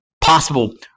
Possible